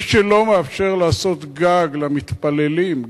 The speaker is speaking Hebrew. מי שלא מאפשר לעשות גג למתפללים,